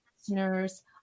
listeners